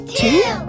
two